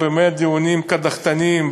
באמת דיונים קדחתניים,